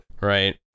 right